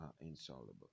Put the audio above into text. insoluble